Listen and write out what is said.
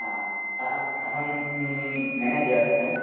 हा अह अहं म्म् म्यानेजर् ह